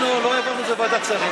אנחנו לא העברנו את זה לוועדת שרים,